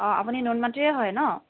অঁ আপুনি নুনমাটিৰে হয় ন